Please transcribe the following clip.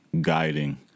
guiding